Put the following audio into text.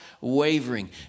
wavering